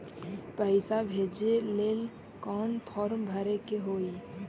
पैसा भेजे लेल कौन फार्म भरे के होई?